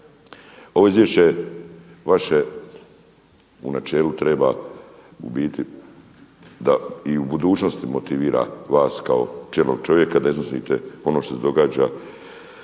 Ovo izvješće vaše u načelu treba u biti da i u budućnosti motivira vas kao čelnog čovjeka da iznosite ono što se događa